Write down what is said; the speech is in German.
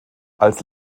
als